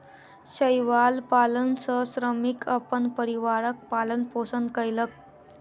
शैवाल पालन सॅ श्रमिक अपन परिवारक पालन पोषण कयलक